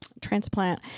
transplant